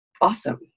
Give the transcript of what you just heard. awesome